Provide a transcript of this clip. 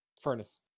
Furnace